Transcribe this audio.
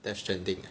Death Stranding ah